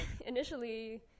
initially